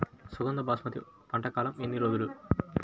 సుగంధ బాస్మతి పంట కాలం ఎన్ని రోజులు?